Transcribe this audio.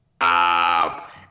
up